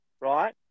right